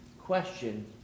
question